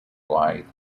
blyth